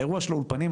האירוע של האולפנים,